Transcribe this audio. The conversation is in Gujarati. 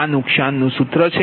આ નુકસાનનું સૂત્ર છે